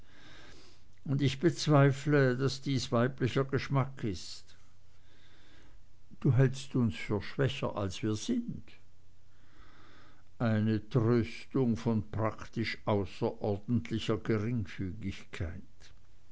aber ich bezweifle daß dies weiblicher geschmack ist du hältst uns für schwächer als wir sind eine tröstung von praktisch außerordentlicher geringfügigkeit